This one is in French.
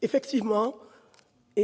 effectivement